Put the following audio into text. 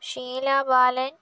Sheila Balan